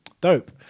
Dope